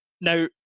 Now